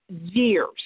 years